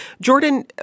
Jordan